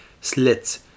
slits